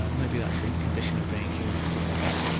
maybe that's a condition of being human, to think that.